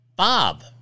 Bob